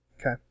Okay